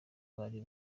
bari